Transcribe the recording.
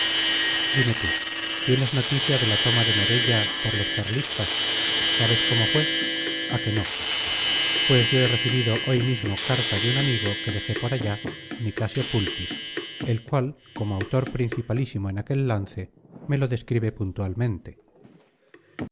dime tú tienes noticia de la toma de morella por los carlistas sabes cómo fue a que no pues yo he recibido hoy mismo carta de un amigo que dejé por allá nicasio pulpis el cual como autor principalísimo en aquel lance me lo describe puntualmente